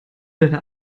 deine